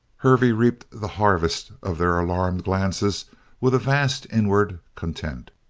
hervey reaped the harvest of their alarmed glances with a vast inward content.